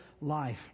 life